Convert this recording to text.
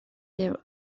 their